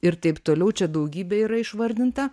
ir taip toliau čia daugybė yra išvardinta